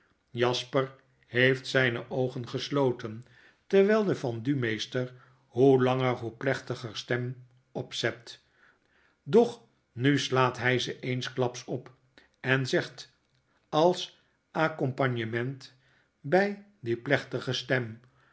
jasper heeft zyne oogen gesloten terwyl de vendumeester hoe langer zoo plechtiger stem opzet doch nu slaat hy ze eensklaps op en zegt als accompagnement by die jjlechtige stem